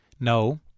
No